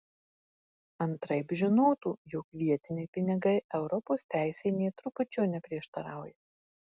antraip žinotų jog vietiniai pinigai europos teisei nė trupučio neprieštarauja